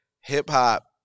Hip-hop